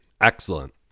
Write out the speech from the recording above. Excellent